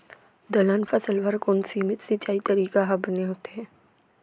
दलहन फसल बर कोन सीमित सिंचाई तरीका ह बने होथे?